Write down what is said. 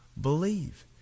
believe